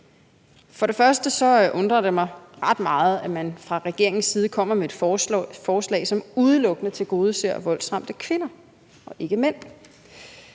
For det første undrer det mig ret meget, at man fra regeringens side kommer med et forslag, som udelukkende tilgodeser voldsramte kvinder, og ikke mænd.